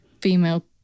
female